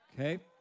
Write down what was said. Okay